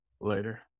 Later